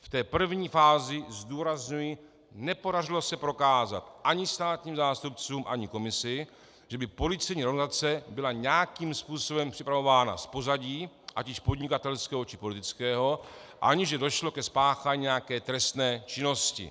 V té první fázi, zdůrazňuji, se nepodařilo prokázat ani státním zástupcům, ani komisi, že by policejní reorganizace byla nějakým způsobem připravována z pozadí, ať již podnikatelského, či politického, ani že došlo ke spáchání nějaké trestné činnosti.